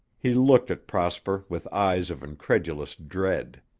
he looked at prosper with eyes of incredulous dread.